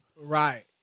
Right